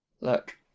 Look